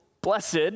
blessed